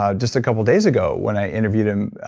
ah just a couple days ago when i interviewed him